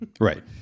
Right